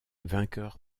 vainqueur